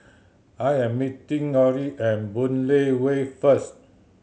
I am meeting Orrie at Boon Lay Way first